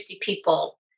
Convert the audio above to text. people